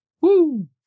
Woo